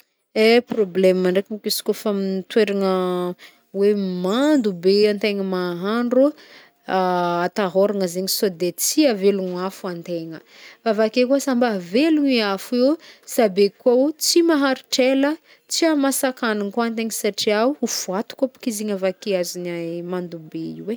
Eh problema ndraiky izy kaofa amy toeragna mando be antegna mahandro, atahoragna zegny sao de tsy ahavelogny afo antegna, avake koa, sa mba velogny afo i, sa be koa tsy maharitr'ela tsy ahamasak'hagniny koa antegna satria ho foaty koa bôka izy igny avakeo azon'i mando be i e.